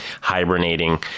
hibernating